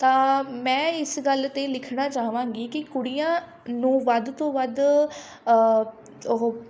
ਤਾਂ ਮੈਂ ਇਸ ਗੱਲ 'ਤੇ ਲਿਖਣਾ ਚਾਹਵਾਂਗੀ ਕਿ ਕੁੜੀਆਂ ਨੂੰ ਵੱਧ ਤੋਂ ਵੱਧ ਉਹ